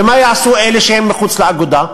ומה יעשו אלה שהם מחוץ לאגודה?